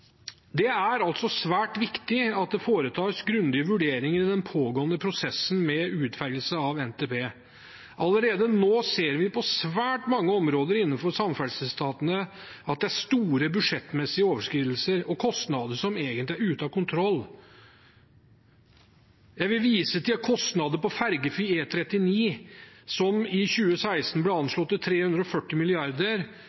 Det er altså svært viktig at det foretas grundige vurderinger i den pågående prosessen med utferdigelse av NTP. Allerede nå ser vi på svært mange områder innenfor samferdselsetatene at det er store budsjettmessige overskridelser og kostnader som egentlig er ute av kontroll. Jeg vil vise til at kostnaden for fergefri E39, som i 2016 ble